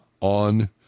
on